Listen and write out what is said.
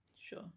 sure